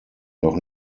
noch